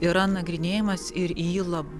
yra nagrinėjamas ir į jį la